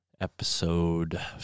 episode